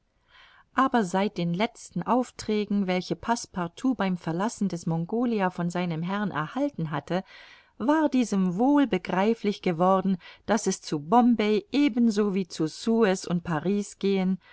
aber seit den letzten aufträgen welche passepartout beim verlassen des mongolia von seinem herrn erhalten hatte war diesem wohl begreiflich geworden daß es zu bombay ebenso wie zu suez und paris gehen